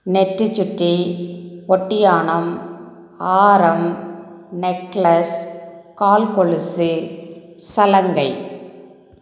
நெத்திச்சுட்டி ஒட்டியாணம் ஆரம் நெக்லஸ் கால் கொலுசு சலங்கை